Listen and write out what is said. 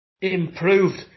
improved